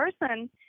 person